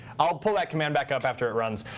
i'll pull that command back up after it runs.